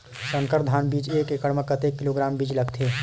संकर धान बीज एक एकड़ म कतेक किलोग्राम बीज लगथे?